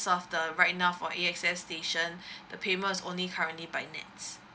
after right now for access station the payments only currently by nets